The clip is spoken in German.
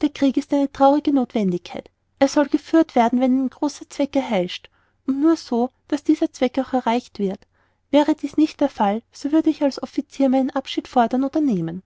der krieg ist eine traurige nothwendigkeit er soll geführt werden wenn ihn ein großer zweck erheischt und nur so daß dieser zweck auch erreicht wird wäre dies nicht der fall so würde ich als offizier meinen abschied fordern oder nehmen